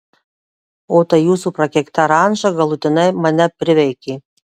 o ta jūsų prakeikta ranča galutinai mane priveikė